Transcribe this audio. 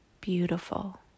beautiful